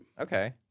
Okay